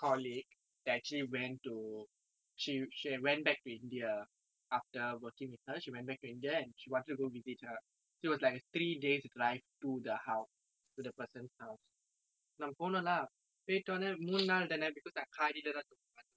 colleague that she went to she she went back to India after working with her she went back to India and she wanted to go visit her it was like a three days drive to the house to the person's house so நம்ம போனோம்:namma ponoam lah போய்ட்டோனே மூணு நாள் தானே:poyttone moonu naal thane because நான் காடி லே தூங்குன்னும் அந்த:naan kaadi le thungunnum